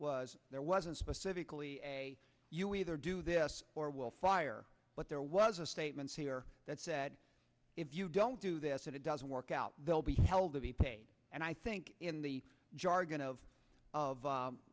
was there wasn't specifically you either do this or will fire but there was a statements here that said if you don't do this and it doesn't work out they'll be held to be paid and i think in the jargon of